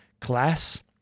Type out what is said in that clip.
class